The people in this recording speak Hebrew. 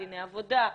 דיני עבודה,